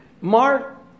Mark